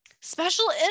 special